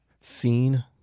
seen